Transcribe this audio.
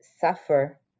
suffer